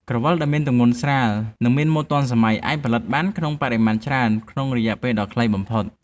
ក្រវិលដែលមានទម្ងន់ស្រាល និង មានម៉ូដទាន់សម័យអាចផលិតបានក្នុងបរិមាណច្រើនក្នុងរយៈពេលដ៏ខ្លីបំផុត។